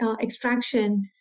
extraction